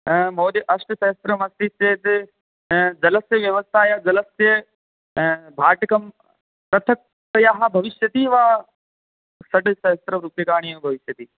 महोदय अष्टसहस्रम् अस्ति चेत् जलस्य व्यवस्थायाः जलस्य भाटकं पृथक्तया भविष्यति वा षड् सहस्ररूप्यकाणि एव भविष्यति